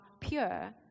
pure